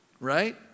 Right